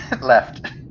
Left